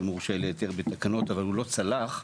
מורשה להיתר בתקנות אבל הוא לא צלח,